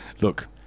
Look